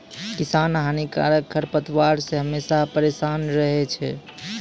किसान हानिकारक खरपतवार से हमेशा परेसान रहै छै